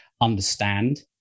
understand